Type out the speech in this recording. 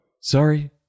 Sorry